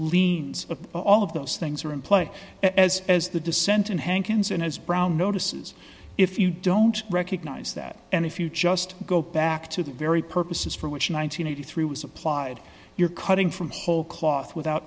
liens all of those things are in play as as the dissent in hank as soon as brown notices if you don't recognize that and if you just go back to the very purposes for which nine hundred and eighty three was applied you're cutting from whole cloth without